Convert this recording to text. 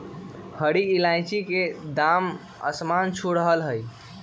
हरी इलायची के दाम आसमान छू रहलय हई